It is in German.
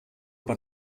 bei